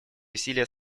усилия